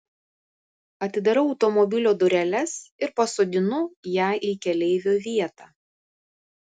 atidarau automobilio dureles ir pasodinu ją į keleivio vietą